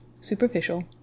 superficial